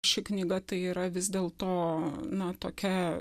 ši knyga tai yra vis dėlto na tokia